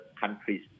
countries